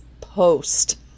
post